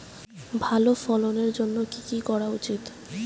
ভালো ফলনের জন্য কি কি করা উচিৎ?